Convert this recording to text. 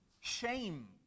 shame